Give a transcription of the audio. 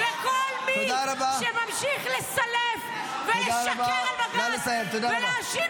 וכל מי שממשיך לסלף ולשקר על בג"ץ ולהאשים